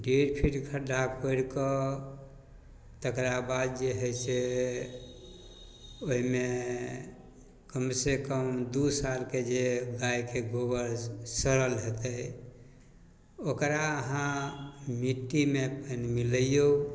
डेढ़ फीट खड्डा कोड़िकऽ तकरा बाद जे हइ से ओहिमे कमसँ कम दुइ सालके जे गाइके गोबर सड़ल हेतै ओकरा अहाँ मिट्टीमे मिलैऔ